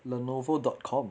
lenovo dot com